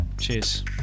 Cheers